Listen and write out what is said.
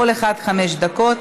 כל אחד חמש דקות,